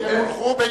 הם הונחו?